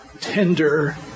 tender